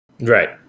Right